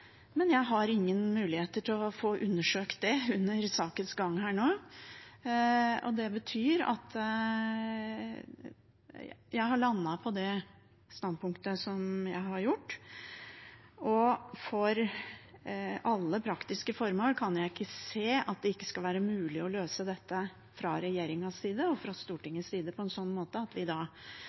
men jeg har ingen muligheter til å få undersøkt det nå, under sakens gang, og det betyr at jeg har landet på dette standpunktet. For alle praktiske formål kan jeg ikke se at det ikke skal være mulig å løse dette fra regjeringens side, og fra Stortingets side, på en sånn måte at vi er sikre på at man har et resultat av den uravstemningen som skal foregå i morgen. Da